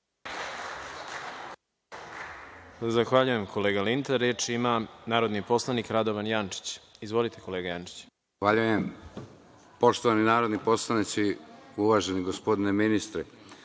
Zahvaljujem, kolega Linta. Reč ima narodni poslanik Radovan Jančić. Izvolite. **Radovan Jančić** Zahvaljujem. Poštovani narodni poslanici, uvaženi gospodine ministre,